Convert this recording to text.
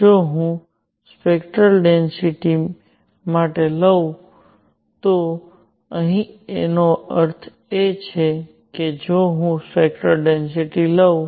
જો હું spectral density માટે લઉં તો અહીં એનો અર્થ એ છે કે જો હું સ્પેક્ટરલ ડેન્સિટિ લઉં